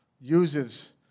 uses